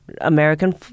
American